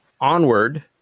Onward